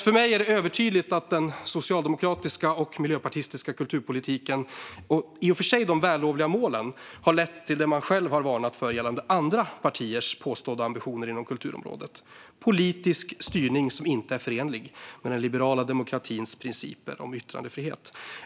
För mig är det övertydligt att den socialdemokratiska och miljöpartistiska kulturpolitiken och de i och för sig vällovliga målen har lett till det man själv har varnat för gällande andra partiers påstådda ambitioner inom kulturområdet: politisk styrning som inte är förenlig med den liberala demokratins principer om yttrandefrihet.